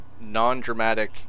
non-dramatic